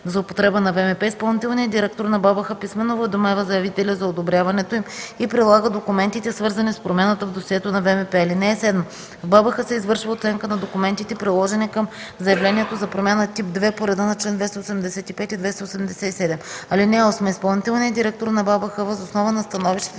за употреба на ВМП, изпълнителният директор на БАБХ писмено уведомява заявителя за одобряването им и прилага документите, свързани с промяната, в досието на ВМП. (7) В БАБХ се извършва оценка на документите, приложени към заявлението за промяна тип ІІ по реда на чл. 285 и 287. (8) Изпълнителният директор на БАБХ въз основа на становището